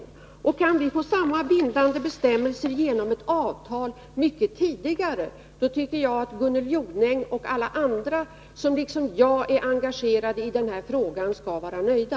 Om vi mycket tidigare kan få samma bindande bestämmelser genom ett avtal, tycker jag att Gunnel Jonäng och alla andra som, liksom jag, är engagerade i den här frågan skall vara nöjda.